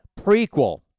prequel